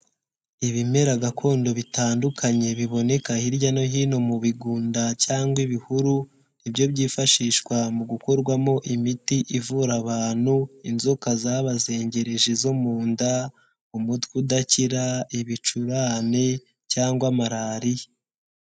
Ibimera gakondo bitandukanye biboneka hirya no hino mu bigunda cyangwa ibihuru, ni byo byifashishwa mu gukorwamo imiti ivura abantu, inzoka zabazengereje zo mu nda, umutwe udakira, ibicurane cyangwa Malariya.